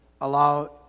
allow